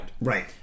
right